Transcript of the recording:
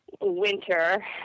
winter